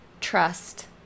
Trust